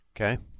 Okay